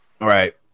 Right